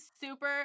super